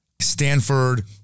Stanford